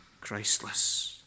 Christless